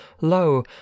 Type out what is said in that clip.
Lo